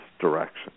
direction